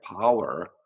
power